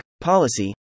Policy